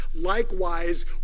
Likewise